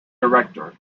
director